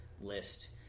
list